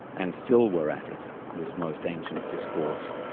and still we're at it, this most ancient discourse,